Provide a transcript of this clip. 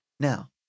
Now